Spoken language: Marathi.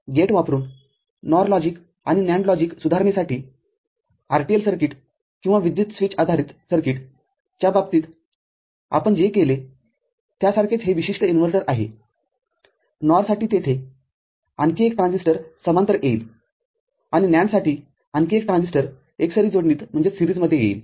आणि NMOS गेट वापरुन NOR लॉजिक आणि NAND लॉजिक सुधारणेसाठी RTL सर्किट किंवा विद्युत स्विचआधारित सर्किट च्या बाबतीत आपण जे केले त्यासारखेच हे विशिष्ट इन्व्हर्टर आहे NOR साठी तेथे आणखी एक ट्रान्झिस्टर समांतर येईल आणि NAND साठी आणखी एक ट्रान्झिस्टर एकसरी जोडणीत येईल